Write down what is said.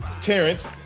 Terrence